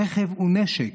רכב הוא נשק,